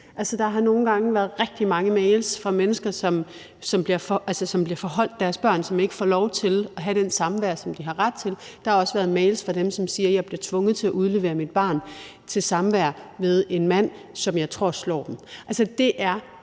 at der nogle gange har været rigtig mange mails fra mennesker, som bliver forholdt deres børn, som ikke får lov til at have det samvær, som de har ret til, og der har også været mails fra dem, som siger: Jeg bliver tvunget til at udlevere mit barn til samvær med en mand, som jeg tror slår det.